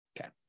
Okay